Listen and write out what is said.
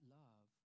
love